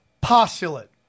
Postulate